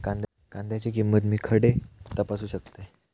कांद्याची किंमत मी खडे तपासू शकतय?